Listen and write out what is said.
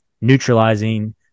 neutralizing